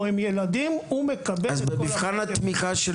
או עם ילדים הוא מקבל --- אז במבחן התמיכה של